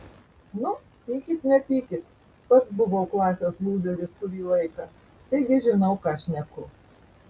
nu pykit nepykit pats buvau klasės lūzeris kurį laiką taigi žinau ką šneku